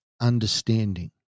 understanding